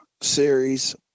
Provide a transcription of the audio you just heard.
series